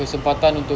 kesempatan untuk